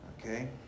Okay